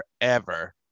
forever